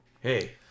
Hey